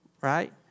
right